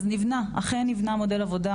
אז אכן נבנה מודל הפעלה,